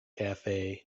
cafe